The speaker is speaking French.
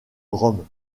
rome